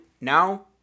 now